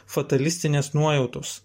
fatalistinės nuojautos